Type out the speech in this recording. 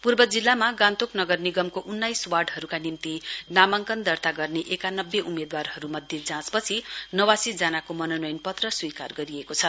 पूर्व जिल्लामा गान्तोक नगर निगमको उन्नाइस वार्डहरूका निम्ति नामाङ्कन दर्ता गर्ने एकानब्बे उम्मेदवारम्ध्ये जाँच पछि नवासी जनाको मनोनयन पत्र स्वीकार गरिएको छ